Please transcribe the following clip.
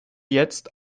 jetzt